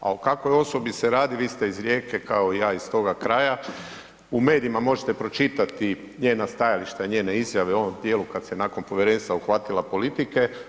A u kakvoj osobi se radi, vi ste iz Rijeke kao i ja iz toga kraja, u medijima možete pročitati njena stajališta, njene izjave o ovom dijelu kada se nakon Povjerenstva uhvatila politike.